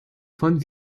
von